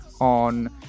on